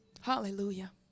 Hallelujah